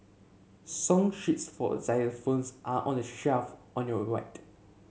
song sheets for a xylophones are on the shelf on your ride